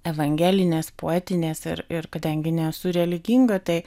evangelinės poetinės ir ir kadangi nesu religinga tai